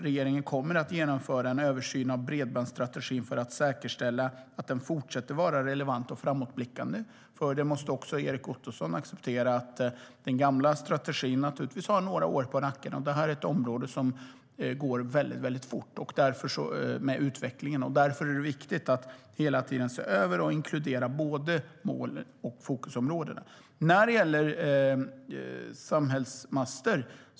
Regeringen kommer att genomföra en översyn av bredbandsstrategin för att säkerställa att den fortsätter att vara relevant och framåtblickande. Erik Ottoson måste också acceptera att den gamla strategin naturligtvis har några år på nacken, och det är ett område som går fort framåt i utvecklingen. Därför är det viktigt att hela tiden se över och inkludera både mål och fokusområden. Sedan var det frågan om samhällsmaster.